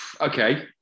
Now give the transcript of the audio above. Okay